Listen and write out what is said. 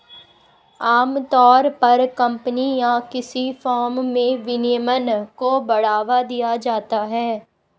आमतौर पर कम्पनी या किसी फर्म में विनियमन को बढ़ावा दिया जाता है